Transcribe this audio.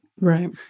right